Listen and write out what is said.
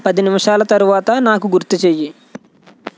పది నిమిషాల తరువాత నాకు గుర్తు చేయి